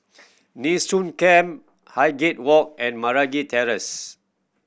Nee Soon Camp Highgate Walk and Meragi Terrace